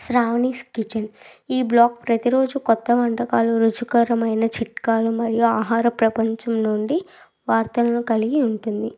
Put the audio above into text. Sravani's kitchen ఈ blog ప్రతి రోజు కొత్త వంటకాలు రుచికరమైన చిట్కాలు మరియు ఆహార ప్రపంచం నుండి వార్తలను కలిగి ఉంటుంది